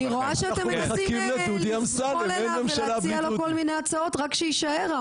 אני רואה שמציעים לו כל מיני הצעות, רק שיישאר.